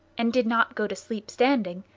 and did not go to sleep standing,